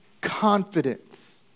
confidence